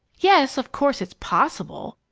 yes, of course it's possible,